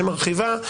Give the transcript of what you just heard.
שמרחיבה,